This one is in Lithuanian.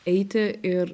eiti ir